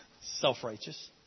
Self-righteous